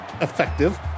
effective